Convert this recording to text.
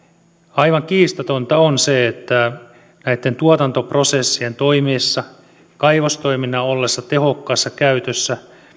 aivan kiistatonta on se että näitten tuotantoprosessien toimiessa kaivostoiminnan ollessa tehokkaassa käytössä